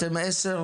אתם עשר,